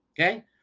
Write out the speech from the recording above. Okay